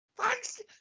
Thanks